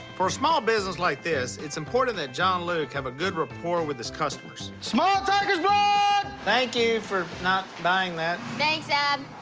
for a small business like this, it's important that john luke have a good rapport with his customers. small tiger's blood! thank you for not buying that. thanks, dad.